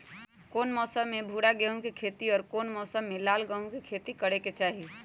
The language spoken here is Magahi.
कौन मौसम में भूरा गेहूं के खेती और कौन मौसम मे लाल गेंहू के खेती करे के चाहि?